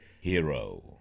hero